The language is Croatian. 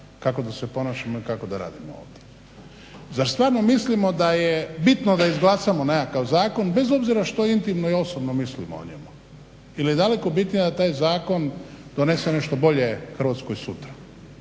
kako da se ponašamo i kako da radimo ovdje. Zar stvarno mislimo da je bitno da izglasamo nekakav zakon bez obzira što intimno i osobno mislimo o njemu ili je daleko bitnije da taj zakon donese nešto bolje Hrvatskoj sutra.